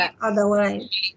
otherwise